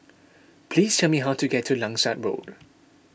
please tell me how to get to Langsat Road